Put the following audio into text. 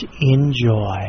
enjoy